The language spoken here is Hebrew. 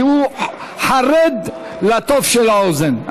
כי הוא חרד לתוף של האוזן.